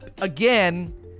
Again